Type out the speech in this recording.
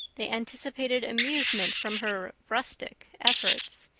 they anticipated amusement from her rustic efforts.